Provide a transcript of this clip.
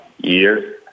years